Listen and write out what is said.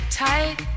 tight